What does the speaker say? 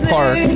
Park